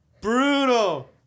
Brutal